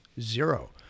Zero